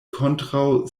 kontraŭ